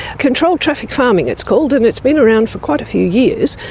controlled traffic farming it's called and it's been around for quite a few years,